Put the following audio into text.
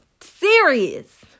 serious